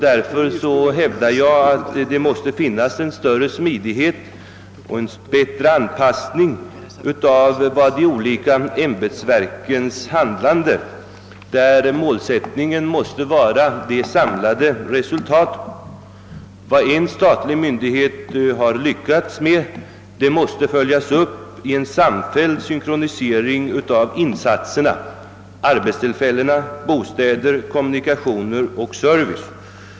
Jag hävdar därför att det måste åstadkommas en större smidighet och bättre anpassning av de olika ämbetsverkens handlande. Målsättningen måste vara det samlade resultatet. Vad en statlig myndighet har lyckats med måste följas upp i en samfälld synkronisering av insatserna: arbetstillfällen, bostäder, kommunikationer, service.